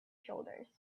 shoulders